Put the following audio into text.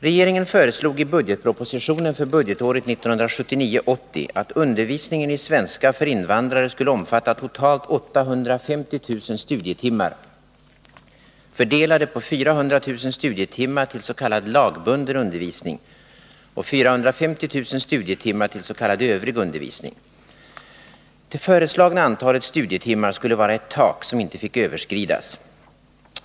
Regeringen föreslog i budgetpropositionen för budgetåret 1979/80 att undervisningen i svenska för invandrare skulle omfatta totalt 850 000 studietimmar fördelade på 400 000 studietimmar till s.k. lagbunden undervisning och 450 000 studietimmar till s.k. övrig undervisning. Det föreslagna antalet studietimmar skulle vara ett tak, som inte fick överskridas.